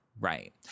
Right